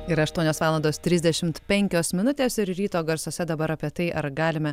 yra aštuonios valandos trisdešimt penkios minutės ir ryto garsuose dabar apie tai ar galime